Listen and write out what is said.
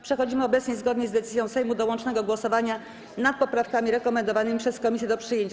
Przechodzimy obecnie zgodnie z decyzją Sejmu do łącznego głosowania nad poprawkami rekomendowanymi przez komisję do przyjęcia.